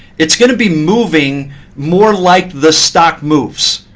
it's going to be moving more like the stock moves.